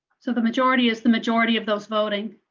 so the majority is the majority of those voting.